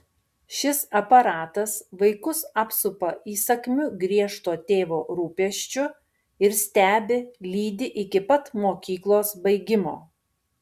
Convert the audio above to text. šis aparatas vaikus apsupa įsakmiu griežto tėvo rūpesčiu ir stebi lydi iki pat mokyklos baigimo